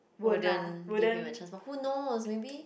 wouldn't give him a chance but who knows maybe